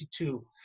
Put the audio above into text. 1962